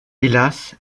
hélas